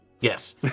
Yes